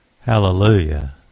Hallelujah